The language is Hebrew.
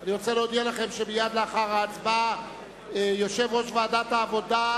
אני רוצה להודיע לכם שמייד לאחר ההצבעה יושב-ראש ועדת העבודה,